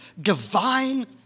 divine